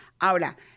Ahora